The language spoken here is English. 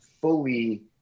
fully